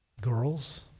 girls